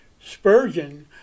Spurgeon